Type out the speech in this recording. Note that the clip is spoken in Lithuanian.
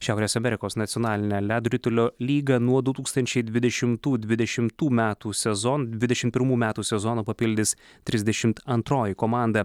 šiaurės amerikos nacionalinę ledo ritulio lygą nuo du tūkstančiai dvidešimtų dvidešimtų metų sezon dvidešimt pirmų metų sezono papildys trisdešimt antroji komanda